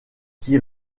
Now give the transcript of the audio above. qui